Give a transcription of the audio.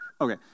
Okay